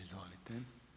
Izvolite.